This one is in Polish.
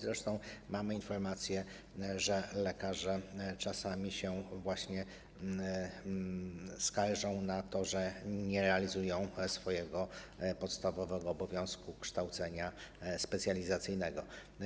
Zresztą mamy informacje, że lekarze czasami skarżą się na to, że nie realizują swojego podstawowego obowiązku kształcenia specjalizacyjnego.